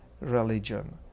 religion